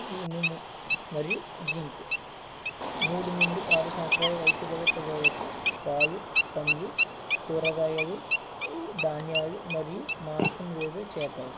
ఇనుము మరియు జింక్ మూడు నుండి ఆరు సంవత్సరాల వయస్సు గల పిల్లలకు పాలు పండ్లు కూరగాయలు ధాన్యాలు మరియు మాంసం లేదా చేపలు